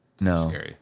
No